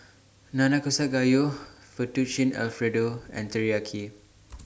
Nanakusa Gayu Fettuccine Alfredo and Teriyaki